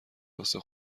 واسه